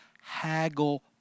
haggle